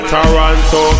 Toronto